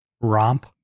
romp